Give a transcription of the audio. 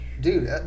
dude